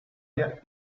area